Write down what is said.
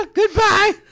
goodbye